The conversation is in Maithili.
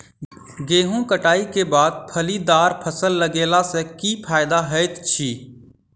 गेंहूँ कटाई केँ बाद फलीदार फसल लगेला सँ की फायदा हएत अछि?